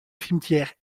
cimetière